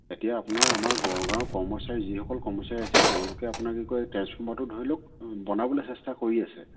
এতিয়া আপোনাৰ আমাৰ গড়গাঁও কৰ্মচাৰী যিসকল কৰ্মচাৰী আছে তেওঁলোকে আপোনাৰ কি কয় ট্ৰেঞ্চফৰ্মাৰটো ধৰি লওক বনাবলৈ চেষ্টা কৰি আছে